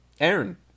Aaron